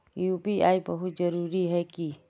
UPI बहुत जरूरी है की?